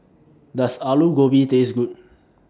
Does Alu Gobi Taste Good